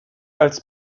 als